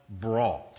brought